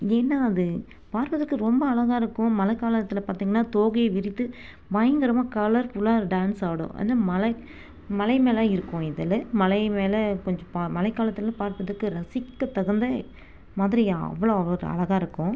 ஏன்னால் அது பார்ப்பதற்கு ரொம்ப அழகாக இருக்கும் மழை காலத்தில் பார்த்திங்னா தோகையை விரித்து பயங்கரமாக கலர்ஃபுல்லாக ஒரு டேன்ஸ் ஆடும் வந்து மலை மலை மேலே இருக்கும் இதில் மலை மேலே கொஞ்சம் பா மழை காலத்தில் பார்ப்பதற்கு ரசிக்கத்தகுந்த மாதிரி அவ்வளோ ஒரு அழகாக இருக்கும்